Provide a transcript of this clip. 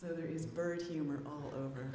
so there is bird humor all over